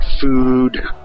food